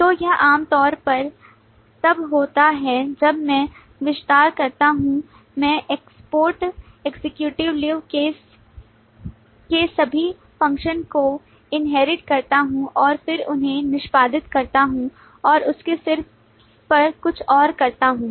तो यह आम तौर पर तब होता है जब मैं विस्तार करता हूं मैं एक्सपोर्ट एक्जीक्यूटिव लीव केस के सभी फंक्शंस को इनहेरिट करता हूं और फिर उन्हें निष्पादित करता हूं और उसके शीर्ष पर कुछ और करता हूं